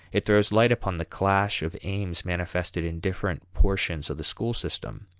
it throws light upon the clash of aims manifested in different portions of the school system